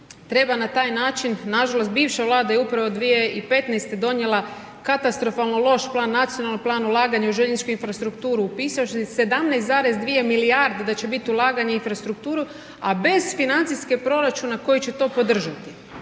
Treba na taj način, nažalost, bivša vlada je upravo 2015. donijela katastrofalno loš plan, nacionalni plan ulaganja u željezničku infrastrukturu, pisač 17,2 milijarde, da će biti ulaganje u infrastrukturu, a bez financijskog proračuna, koji će to podržati.